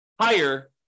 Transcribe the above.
higher